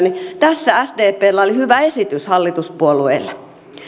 niin tässä sdpllä oli hyvä esitys hallituspuolueille